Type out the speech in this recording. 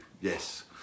Yes